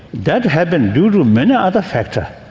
that happens due to many other factors,